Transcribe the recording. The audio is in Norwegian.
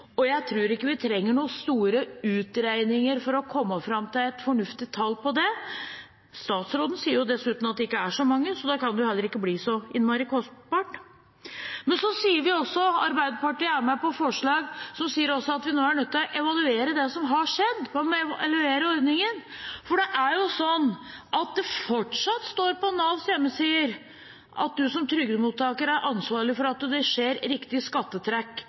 Jeg tror ikke vi trenger noen store utregninger for å komme fram til et fornuftig tall på det. Statsråden sier at det ikke er så mange, så da kan det heller ikke bli så innmari kostbart. Arbeiderpartiet er med på forslag som også sier at vi nå er nødt til å evaluere det som har skjedd, evaluere ordningen. For det står fortsatt på Navs hjemmesider at man som trygdemottaker selv er ansvarlig for at riktig skattetrekk på utbetalingen fra Nav skjer.